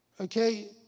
Okay